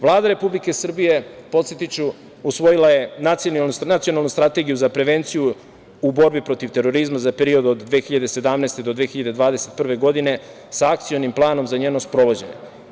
Vlada Republike Srbije, podsetiću, usvojila je Nacionalnu strategiju za prevenciju u borbi protiv terorizma za period od 2017. do 2021. godine sa Akcionim planom za njeno sprovođenje.